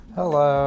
Hello